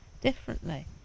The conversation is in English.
differently